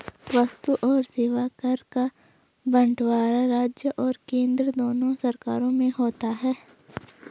वस्तु और सेवा कर का बंटवारा राज्य और केंद्र दोनों सरकार में होता है